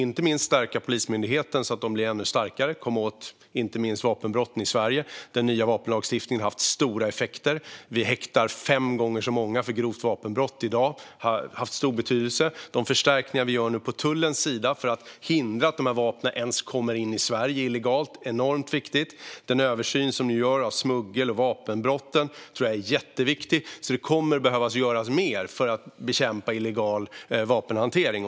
Inte minst måste vi stärka Polismyndigheten så att den blir ännu starkare, och vi måste komma åt vapenbrotten i Sverige. Den nya vapenlagstiftningen har haft stora effekter. Vi häktar fem gånger så många för grovt vapenbrott i dag. Detta har haft stor betydelse. De förstärkningar vi nu gör på tullens sida för att hindra att dessa vapen kommer in illegalt i Sverige är enormt viktiga. Den översyn som vi gör av smuggel och vapenbrotten tror jag är jätteviktig. Det kommer alltså att behöva göras mer för att bekämpa illegal vapenhantering.